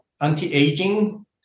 Anti-aging